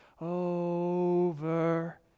over